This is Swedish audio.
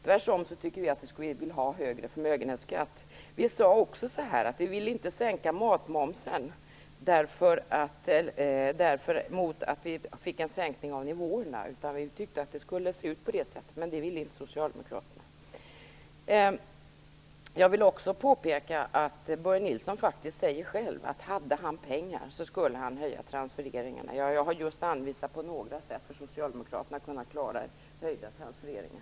Tvärtom vill vi ha högre förmögenhetsskatt, och vi ville inte heller sänka matmomsen mot att vi fick en sänkning av nivåerna. Vi tyckte att det skulle se ut på det sättet, men det tyckte inte Socialdemokraterna. Jag vill också påpeka att Börje Nilsson faktiskt säger själv att han skulle höja transfereringarna om han hade pengar. Jag har just anvisat några sätt för Socialdemokraterna att klara höjda transfereringar.